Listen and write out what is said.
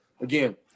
again